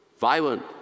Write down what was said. violent